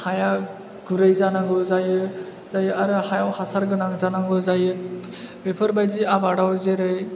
हाया गुरै जानांगौ जायो आरो हायाव हासार गोनां जानांगौ जायो बेफोरबादि आबादाव जेरै